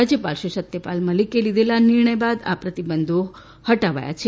રાજ્યપાલ શ્રી સત્યપાલ મલિકે લીઘેલા નિર્ણય બાદ આ પ્રતિબંધો હટાવાયા છે